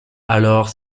alors